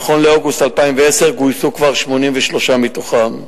נכון לאוגוסט 2010 גויסו כבר 83 מתוכם.